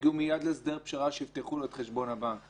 יעשו את העבודה של רשות שוק ההון.